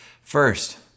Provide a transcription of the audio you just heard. First